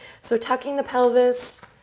so tucking the pelvis,